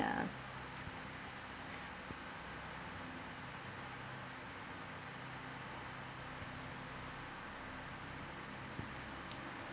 ya